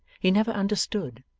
he never understood,